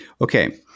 okay